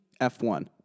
F1